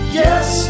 yes